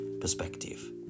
perspective